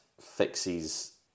fixes